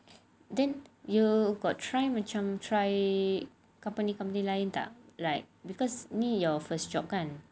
then you got try macam try company company lain tak like because ini your first job kan